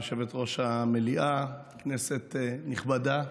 יושבת-ראש המליאה, כנסת נכבדה,